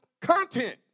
content